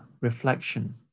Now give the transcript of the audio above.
reflection